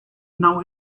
now